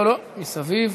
מסביב.